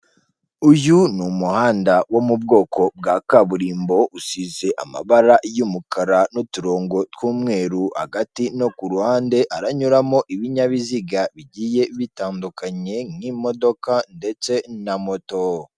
Uyu ni umuhanda wo mu bwoko bwa kaburimbo usize amabara y'umukara n'uturongo tw'umweru hagati no ku ruhande haranyuramo ibinyabiziga bigiye bitandukanye nk'imodoka ndetse na moto.